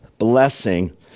blessing